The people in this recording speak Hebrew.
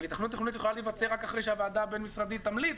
אבל היתכנות תכנונית יכולה להיווצר רק אחרי שהוועדה הבין-משרדית תמליץ,